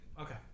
okay